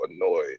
annoyed